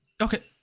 Okay